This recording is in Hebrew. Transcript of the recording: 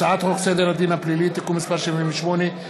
הצעת חוק סדר הדין הפלילי (תיקון מס' 78),